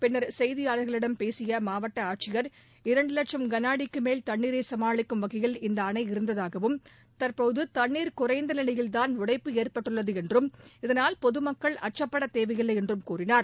பின்னர் செய்தியாள்களிடம் பேசிய மாவட்ட ஆட்சியர் இரண்டு வட்சம் கனஅடிக்கு மேல் தண்ணீரை சமாளிக்கும் வகையில் இந்த அணை இருந்ததாகவும் தற்போது தண்ணீர் குறைந்த நிலையில்தான் உடைப்பு ஏற்பட்டுள்ளது என்றும் இதனால் பொதுமக்கள் அச்சப்பட தேவையில்லை என்றும் கூறினார்